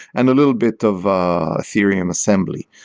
and a little bit of ethereum assembly.